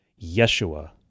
Yeshua